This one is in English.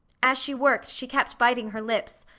as she worked she kept biting her lips,